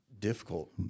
Difficult